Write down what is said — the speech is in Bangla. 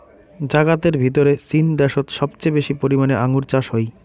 জাগাতের ভিতরে চীন দ্যাশোত সবচেয়ে বেশি পরিমানে আঙ্গুর চাষ হই